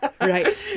Right